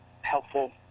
helpful